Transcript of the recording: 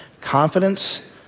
confidence